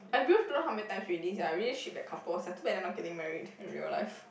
I rewatch don't know how many times already sia I really ship that couple sia too bad they are not getting married in real life